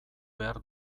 behar